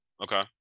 Okay